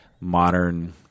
modern